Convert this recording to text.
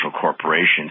corporations